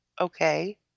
Okay